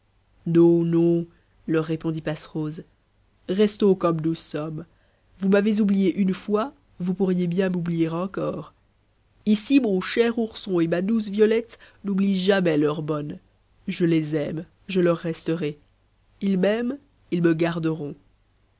leur répondit passerose restons comme nous sommes vous m'avez oubliée une fois vous pourriez bien m'oublier encore ici mon cher ourson et ma douce violette n'oublient jamais leur vieille bonne je les aime je leur resterai ils m'aiment ils me garderont